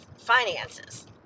finances